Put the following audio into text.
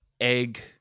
egg